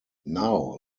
now